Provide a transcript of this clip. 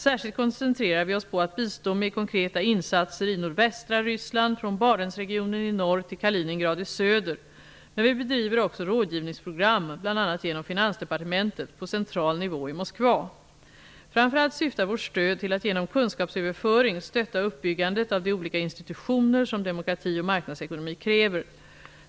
Särskilt koncentrerar vi oss på att bistå med konkreta insatser i nordvästra Ryssland, från Barentsregionen i norr till Kaliningrad i söder, men vi bedriver också rådgivningsprogram -- bl.a. Moskva. Framför allt syftar vårt stöd till att genom kunskapsöverföring stötta uppbyggandet av de olika institutioner som demokrati och marknadsekonomi kräver.